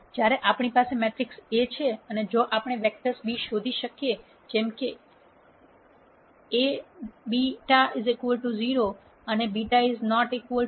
જ્યારે આપણી પાસે મેટ્રિક્સ A છે અને જો આપણે વેક્ટર્સ B શોધી શકીએ જેમ કે A β 0 અને β